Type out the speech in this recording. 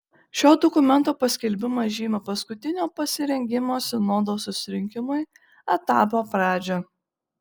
šio dokumento paskelbimas žymi paskutinio pasirengimo sinodo susirinkimui etapo pradžią